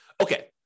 Okay